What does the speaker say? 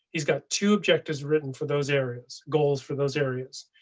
he's got two objectives written for those areas. goals for those areas.